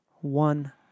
one